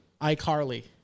iCarly